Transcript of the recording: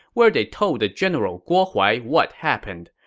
where they told the general guo huai what happened.